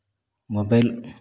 mobile